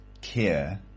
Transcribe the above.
care